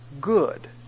good